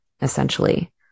essentially